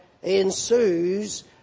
ensues